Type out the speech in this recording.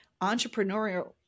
entrepreneurial